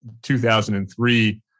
2003